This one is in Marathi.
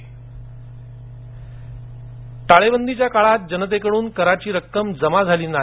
सांगली टाळेबंदीच्या काळात जनतेकडून कराची रक्कम जमा झाला नाही